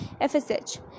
FSH